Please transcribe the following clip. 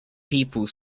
people